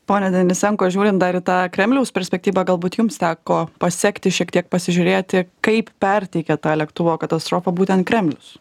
pone denisenko žiūrint dar į tą kremliaus perspektyvą galbūt jums teko pasekti šiek tiek pasižiūrėti kaip perteikia tą lėktuvo katastrofą būtent kremlius